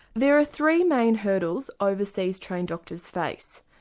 there are three main hurdles overseas trained doctors face,